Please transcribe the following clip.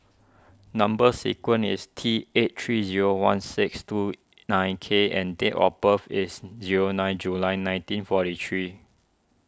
Number Sequence is T eight three zero one six two nine K and date of birth is zero nine July nineteen forty three